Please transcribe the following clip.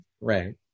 right